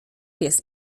pies